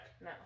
No